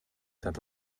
that